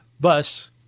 bus